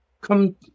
come